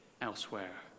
elsewhere